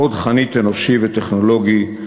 חוד חנית אנושי וטכנולוגי,